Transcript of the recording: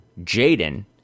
Jaden